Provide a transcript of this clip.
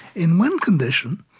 in one condition,